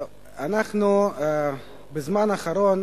אנחנו בזמן האחרון